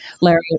Larry